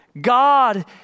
God